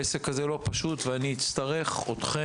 העסק הזה לא פשוט, ואני אצטרך אתכם,